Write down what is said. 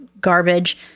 garbage